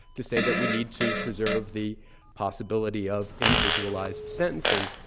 to say that we need to preserve the possibility of individualized sentencing.